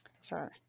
Sorry